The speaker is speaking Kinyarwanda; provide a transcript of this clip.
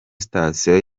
sitasiyo